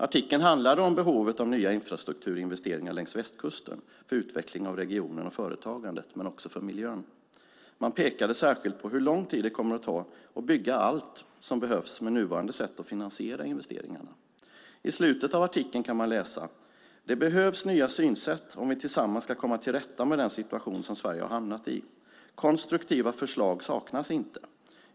Artikeln handlade om behovet av nya infrastrukturinvesteringar längs västkusten för utveckling av regionen och företagandet men också för miljön. Man pekade särskilt på hur lång tid det kommer att ta att bygga allt som behövs med nuvarande sätt att finansiera investeringarna. I slutet av artikeln kan man läsa: "Det behövs nya synsätt om vi tillsammans ska komma till rätta med den situation som Sverige har hamnat i. - Konstruktiva förslag saknas inte.